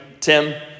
Tim